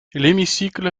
l’hémicycle